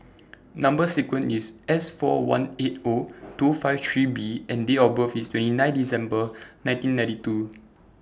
Number sequence IS S four one eight Zero two five three B and Date of birth IS twenty nine December nineteen ninety two